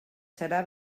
serà